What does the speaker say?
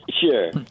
Sure